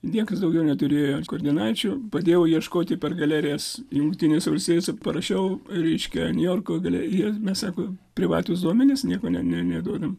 niekas daugiau neturėjo koordinačių pradėjau ieškoti per galerijas jungtinėse valstijose parašiau reiškia niujorko galerijai mes sako privatūs duomenys nieko ne ne neduodam